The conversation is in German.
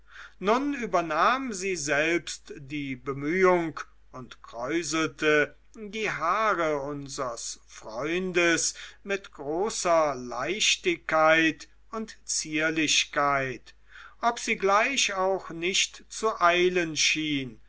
nun übernahm sie selbst die bemühung und kräuselte die haare unsres freundes mit großer leichtigkeit und zierlichkeit ob sie gleich auch nicht zu eilen schien